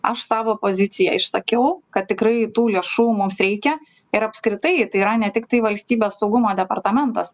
aš savo poziciją išsakiau kad tikrai tų lėšų mums reikia ir apskritai tai yra ne tiktai valstybės saugumo departamentas